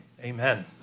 amen